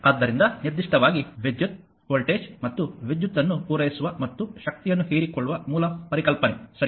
ಆದ್ದರಿಂದ ನಿರ್ದಿಷ್ಟವಾಗಿ ವಿದ್ಯುತ್ ವೋಲ್ಟೇಜ್ ಮತ್ತು ವಿದ್ಯುತ್ ಅನ್ನು ಪೂರೈಸುವ ಮತ್ತು ಶಕ್ತಿಯನ್ನು ಹೀರಿಕೊಳ್ಳುವ ಮೂಲ ಪರಿಕಲ್ಪನೆ ಸರಿ